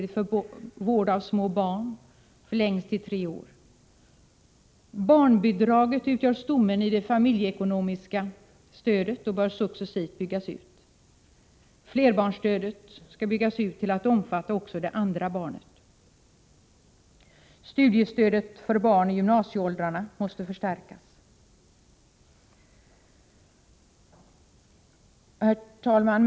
Barnbidraget utgör stommen i det familjeekonomiska stödet och bör successivt byggas ut. Flerbarnsstödet skall byggas ut till att omfatta också det andra barnet. Studiestödet för barn i gymnasieåldrarna måste förstärkas. Herr talman!